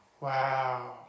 wow